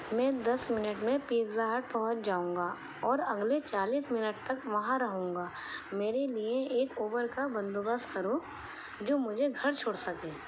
میں دس منٹ میں پیزا ہٹ پہنچ جاؤں گا اور اگلے چالیس منٹ تک وہاں رہوں گا میرے لیے ایک اوبر کا بندوبست کرو جو مجھے گھر چھوڑ سکے